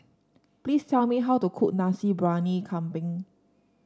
please tell me how to cook Nasi Briyani Kambing